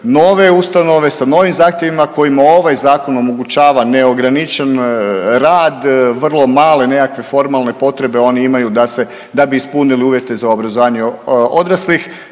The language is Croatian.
nove ustanove sa novim zahtjevima kojima ovaj zakon omogućava neograničen rad, vrlo male nekakve formalne potrebe oni imaju da bi ispunili uvjete za obrazovanje odraslih.